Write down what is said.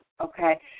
okay